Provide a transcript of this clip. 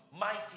mighty